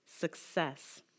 success